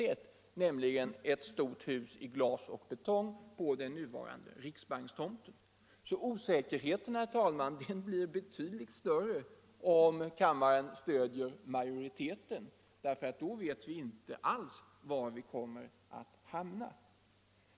Detta innebär ett stort hus i glas och betong på den nuvarande riksbankstomten. Osäkerheten blir, herr talman, betydligt större om kammaren stöder majoriteten. Då vet vi inte alls var vi kommer att hamna.